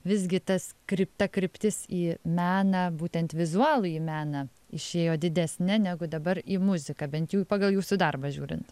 visgi tas kryp ta kryptis į meną būtent vizualųjį meną išėjo didesnė negu dabar į muziką bent jau pagal jūsų darbą žiūrint